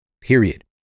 period